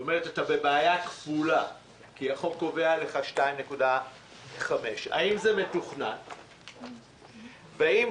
זאת אומרת שאתה בבעיה כפולה כי החוק קובע לך 2.5%. האם זה מתוכנן?